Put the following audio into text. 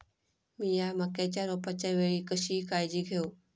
मीया मक्याच्या रोपाच्या वेळी कशी काळजी घेव?